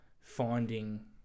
finding